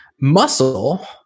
muscle